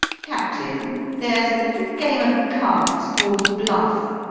captain, there's a little game of cards called bluff,